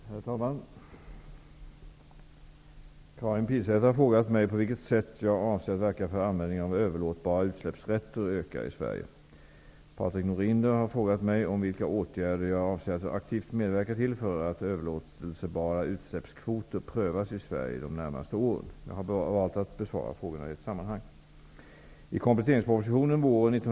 Herr talman! Karin Pilsäter har frågat mig på vilket sätt jag avser verka för att användningen av överlåtbara utsläppsrätter ökar i Sverige. Patrik Norinder har frågat mig om vilka åtgärder jag avser att aktivt medverka till för att överlåtelsebara utsläppskvoter prövas i Sverige de närmaste åren. Jag har valt att besvara frågorna i ett sammanhang.